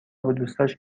بادوستاش